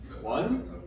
One